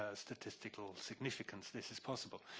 ah statistical significance this is possible,